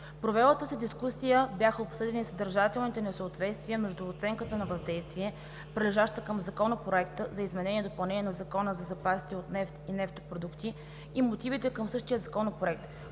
провелата се дискусия бяха обсъдени съдържателни несъответствия между оценката на въздействието, прилежаща към Законопроекта за изменение и допълнение на Закона за запасите от нефт и нефтопродукти, и мотивите към същия Законопроект,